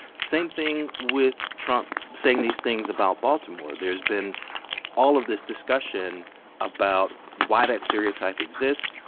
same thing with trump saying these things about baltimore. there's been all of this discussion about why that stereotype exists,